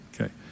Okay